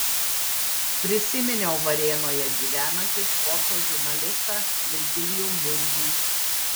prisiminiau varėnoje gyvenantį sporto žurnalistą virgilijų mundrį